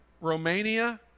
Romania